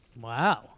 Wow